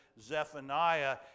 Zephaniah